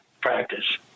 practice